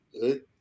good